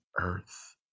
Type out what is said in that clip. Earth